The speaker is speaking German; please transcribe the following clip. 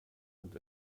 und